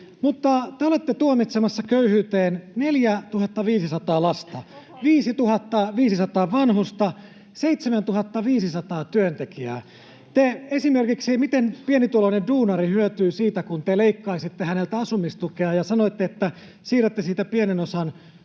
te olette tuomitsemassa köyhyyteen 4 500 lasta, 5 500 vanhusta, 7 500 työntekijää. Miten esimerkiksi pienituloinen duunari hyötyy siitä, kun te leikkaisitte häneltä asumistukea, ja sanoitte, että siirrätte siitä pienen osan